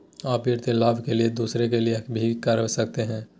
आ वित्तीय लाभ के लिए दूसरे के लिए भी करवा सकते हैं?